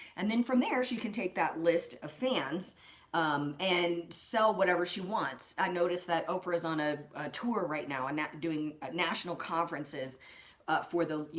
and then from there, she can take that list of fans and sell whatever she wants. i noticed that oprah's on a tour right now and doing ah national conferences for the, you